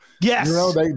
Yes